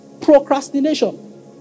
procrastination